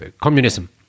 communism